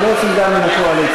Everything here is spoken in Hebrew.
ובעצם גם מהקואליציה.